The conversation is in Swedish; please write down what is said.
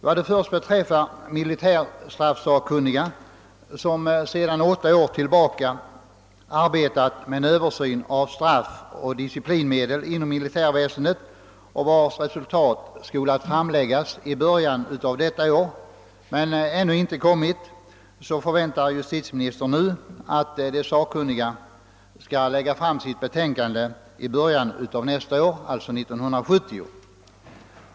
Vad först beträffar militärstraffsakkunniga, som sedan åtta år tillbaka arbetat med en översyn av straffoch disciplinmedel inom militärväsendet och vilken utrednings resultat skulle ha framlagts i början av detta år men ännu inte kommit, förväntar justitieministern nu, att de sakkunniga skall lägga fram sitt betänkande i början av nästa år, alltså 1970.